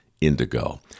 indigo